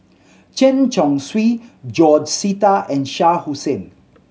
Chen Chong Swee George Sita and Shah Hussain